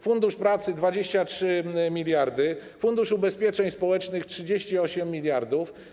Fundusz Pracy - 23 mld, Fundusz Ubezpieczeń Społecznych - 38 mld.